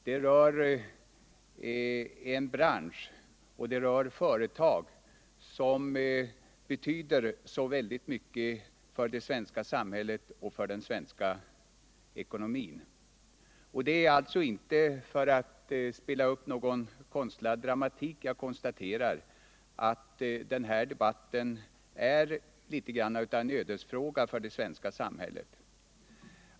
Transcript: Den rör en bransch och företag som betyder så väldigt mycket för det svenska samhället och den svenska ekonomin. Det är inte för att spela upp någon konstlad dramatik jag konstaterar att denna debatt är något av en ödesfråga för det svenska samhället.